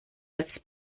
als